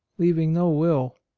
leaving no will.